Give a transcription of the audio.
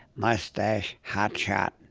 moustache, hot shot.